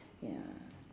ya